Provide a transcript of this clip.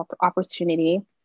opportunity